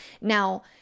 Now